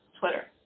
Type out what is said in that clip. Twitter